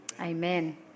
Amen